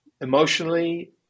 emotionally